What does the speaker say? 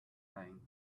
playing